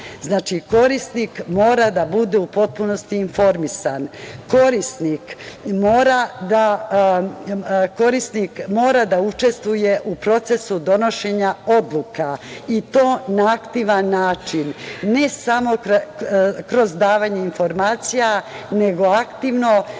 korisnik mora da bude u potpunosti informisan. Korisnik mora da učestvuje u procesu donošenja odluka i to na aktivan način, ne samo kroz davanje informacija, nego aktivno,